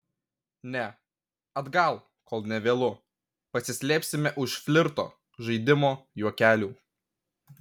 ne atgal kol nė vėlu pasislėpsime už flirto žaidimo juokelių